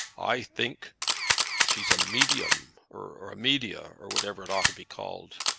i think she's a medium or a media, or whatever it ought to be called.